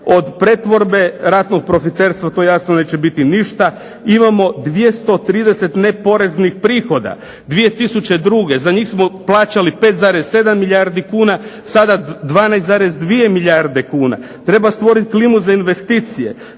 Od pretvorbe ratnog profiterstva to jasno neće biti ništa. Imamo 230 neporeznih prihoda. 2002. za njih smo plaćali 5,7 milijardi kuna sada 12,2 milijarde kuna. Treba stvoriti klimu za investicije.